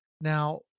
Now